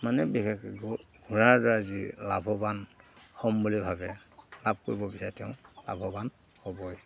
মানে বিশেষ ঘোঁৰাৰ দ্ৱাৰা যি লাভৱান হ'ম বুলি ভাবে লাভ কৰিব বিচাৰে তেওঁ লাভৱান হ'বই